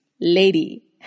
Lady